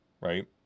right